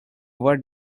what